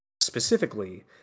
specifically